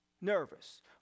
nervous